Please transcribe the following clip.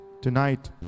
Tonight